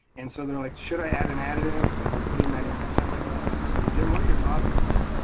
and so they're like, should i add an additive if i'm putting that in my septic system? so jim, what are your thoughts on that?